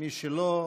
מי שלא,